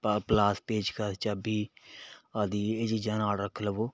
ਪ ਪਲਾਸ ਪੇਚਕਸ ਚਾਬੀ ਆਦਿ ਇਹ ਚੀਜ਼ਾਂ ਨਾਲ ਰੱਖ ਲਵੋ